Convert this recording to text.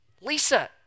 Lisa